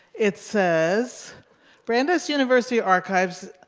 it says brandeis university archives,